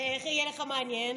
בן ארי, בבקשה.